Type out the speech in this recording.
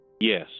Yes